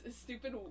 stupid